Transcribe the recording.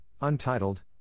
Untitled